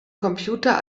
computer